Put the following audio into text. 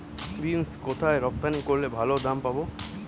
Beans কোথায় রপ্তানি করলে ভালো দাম পাব?